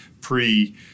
pre